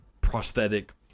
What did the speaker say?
prosthetic